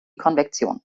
konvektion